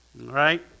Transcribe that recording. Right